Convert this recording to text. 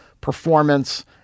performance